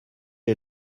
est